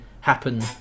happen